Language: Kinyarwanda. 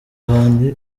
abantu